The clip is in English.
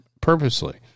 purposely